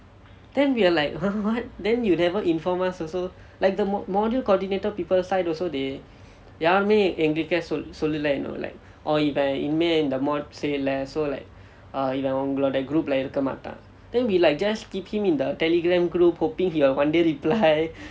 then we are like !huh! what then you never inform us also like the mod~ module coordinator people side also they யாருமே என்கிட்ட சொல் சொல்லல:yaarume enkitta sol sollala you know like oh இவன் இனிமே இந்த:ivan inime intha module செய்யலே:seyyalae so like err இவன் உங்களோட:ivan ungaloda group இல்லே இருக்க மாட்டான்:illae irukka maattaan then we like just keep him in the Telegram group hoping he will one day reply